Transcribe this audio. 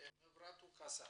מברטו קסה